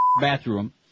bathroom